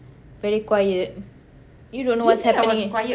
very quiet you don't know what's happening